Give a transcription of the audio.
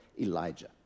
Elijah